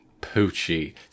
Poochie